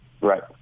Right